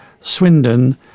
Swindon